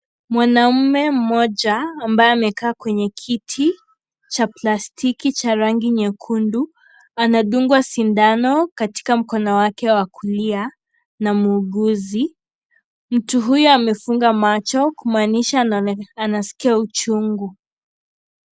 Mwanamme mmoja ambaye amekaa kwenye kiti cha plastiki cha rangi nyekundu anadungwa sindano katika mkono wake qa kulia na muuguzi, mtu huyu amefunga macho kumaanisha anaskia uchungu.